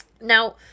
Now